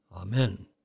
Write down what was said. Amen